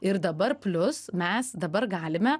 ir dabar plius mes dabar galime